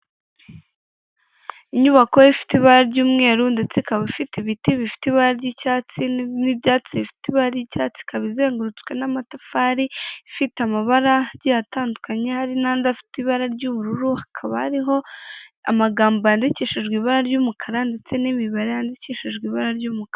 Inyubako ifite ibara ry'umweru ndetse ikaba ifite ibiti bifite ibara ry'icyatsi n'ibyatsi bifite ibara ry'icyatsi, ikaba izengurutswe n'amatafari ifite amabara agiye atandukanye hari n'andi afite ibara ry'ubururu, hakaba hariho amagambo yandikishijwe ibara ry'umukara ndetse n'imibare yandikishijwe ibara ry'umukara.